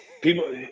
People